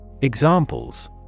Examples